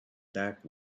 back